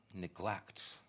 neglect